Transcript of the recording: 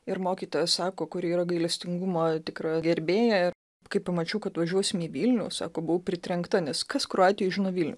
ir mokytoja sako kuri yra gailestingumo tikra gerbėja kai pamačiau kad važiuosim į vilnių sako buvau pritrenkta nes kas kroatijoj žino vilnių